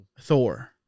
Thor